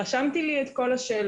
רשמתי לי את כל השאלות,